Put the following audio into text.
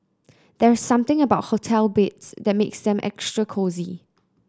there's something about hotel beds that makes them extra cosy